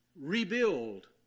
rebuild